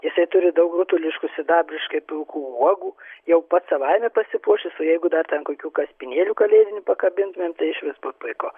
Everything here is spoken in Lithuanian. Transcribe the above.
jisai turi daug rutuliškų sidabriškai pilkų uogų jau pats savaime pasipuošęs o jeigu dar ten kokių kaspinėlių kalėdinių pakabintumėm tai išvis bus puiku